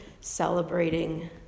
celebrating